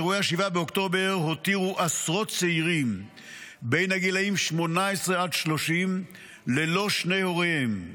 אירועי 7 באוקטובר הותירו עשרות צעירים בגילים 18 30 ללא שני הוריהם,